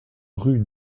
rue